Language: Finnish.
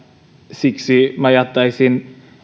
siksi minä jättäisin